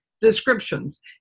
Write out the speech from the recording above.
descriptions